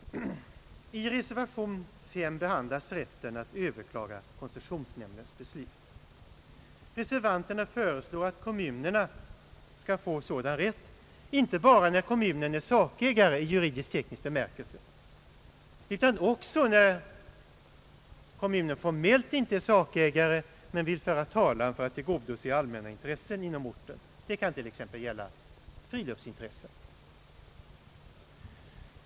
I reservation V behandlas rätten att överklaga koncessionsnämndens beslut. Reservanterna föreslår att kommunerna skall få sådan rätt inte bara när kommunen är sakägare i juridisk-teknisk bemärkelse utan även när kommunen formellt inte är sakägare men vill föra talan för att tillgodose allmänna intressen inom orten, t.ex. när det gäller friluftsintressen.